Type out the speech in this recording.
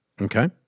Okay